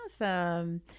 Awesome